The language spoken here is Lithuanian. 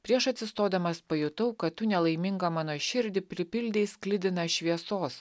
prieš atsistodamas pajutau kad tu nelaimingą mano širdį pripildei sklidiną šviesos